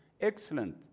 excellent